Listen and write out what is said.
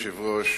אדוני היושב-ראש,